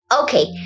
Okay